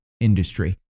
industry